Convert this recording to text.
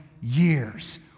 years